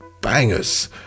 bangers